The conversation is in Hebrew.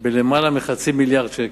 בלמעלה מחצי מיליארד שקל,